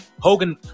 Hogan